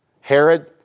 Herod